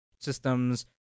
systems